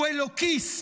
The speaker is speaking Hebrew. הוא אלוקיסט.